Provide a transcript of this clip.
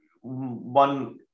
one